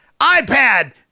ipad